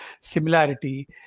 similarity